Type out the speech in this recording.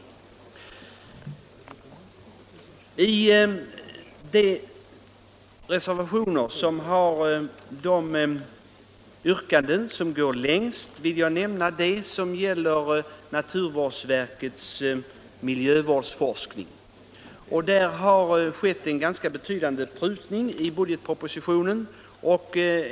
Bland de reservationer som innehåller de yrkanden som går längst vill jag nämna dem som gäller naturvårdsverket för miljövårdsforskning. Där har skett en ganska betydande prutning i budgetpropositionen.